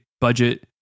budget